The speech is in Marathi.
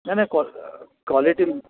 नाही नाही कॉ कॉलीटी